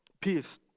Peace